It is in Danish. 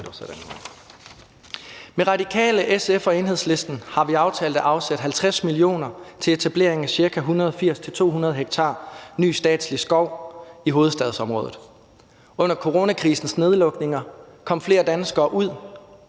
De Radikale, SF og Enhedslisten har vi aftalt at afsætte 50 mio. kr. til etablering af ca. 180-200 ha ny statslig skov i hovedstadsområdet. Under coronakrisens nedlukninger kom flere danskere ud,